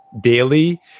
daily